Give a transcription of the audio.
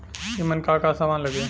ईमन का का समान लगी?